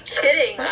kidding